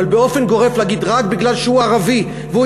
אבל באופן גורף להגיד שרק כי הוא ערבי והוא